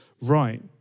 right